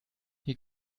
hier